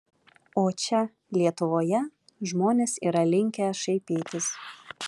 o čia lietuvoje žmonės yra linkę šaipytis